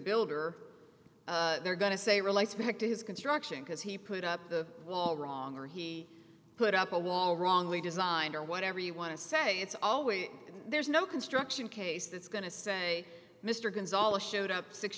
builder they're going to say relates back to his construction because he put up the wall wrong or he put up a wall wrongly designed or whatever you want to say it's always there's no construction case that's going to say mr gonzales showed up six